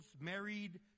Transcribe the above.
married